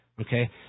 Okay